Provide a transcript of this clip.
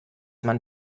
man